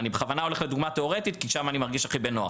אני בכוונה הולך לדוגמה תיאורטית כי שם אני מרגיש הכי נוח.